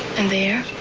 and there